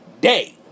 day